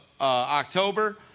October